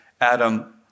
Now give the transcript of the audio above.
Adam